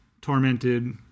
tormented